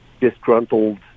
disgruntled